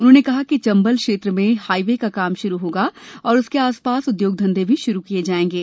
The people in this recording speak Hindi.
उन्होंने कहा है कि चंबल क्षेत्र में हाईवे का काम शुरू होगा और उसके आसपास उद्योग धंधे भी शुरू किये जाएंगे